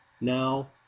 now